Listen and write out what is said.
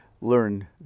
learn